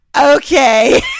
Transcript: okay